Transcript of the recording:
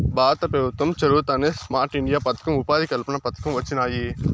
భారత పెభుత్వం చొరవతోనే స్మార్ట్ ఇండియా పదకం, ఉపాధి కల్పన పథకం వొచ్చినాయి